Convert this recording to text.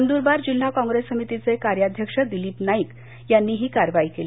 नंदुरबार जिल्हा कॉंग्रेस समितीचे कार्याध्यक्ष दिलीप नाईक यांनी ही कारवाई केली